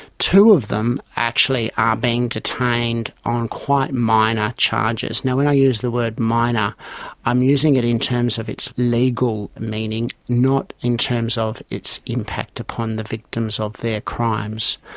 two of them actually are being detained on quite minor charges. now, when i use the word minor i'm using it in terms of its legal meaning, not in terms of its impact upon the victims of their crimes.